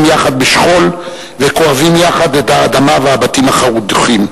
יחד בשכול וכואבים יחד את האדמה והבתים החרוכים.